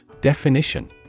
Definition